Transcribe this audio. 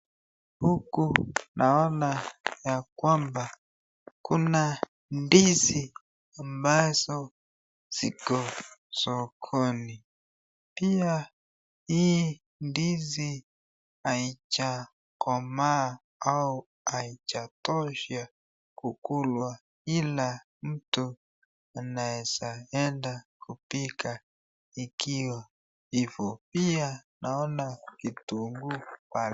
Huku naona ya kwamba kuna ndizi ambazo ziko sokoni. Pia hii ndizi haijakomaa au haijatosha kukulwa, ila mtu unaweza enda kupika ikiwa hivyo. Pia naona kitunguu kwa